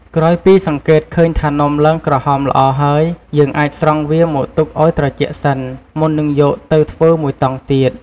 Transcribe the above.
ក្រោយពីសង្កេតឃើញថានំឡើងក្រហមល្អហើយ យើងអាចស្រង់វាមកទុកឲ្យត្រជាក់សិន មុននឹងយកទៅធ្វើមួយតង់ទៀត។